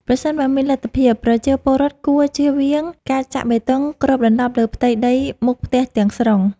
ប្រសិនបើមានលទ្ធភាព ប្រជាពលរដ្ឋគួរជៀសវាងការចាក់បេតុងគ្របដណ្តប់លើផ្ទៃដីមុខផ្ទះទាំងស្រុង។